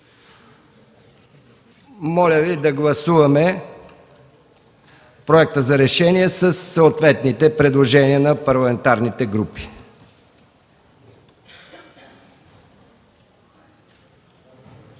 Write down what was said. Моля Ви да гласуваме Проекта за решение със съответните предложения на парламентарните групи.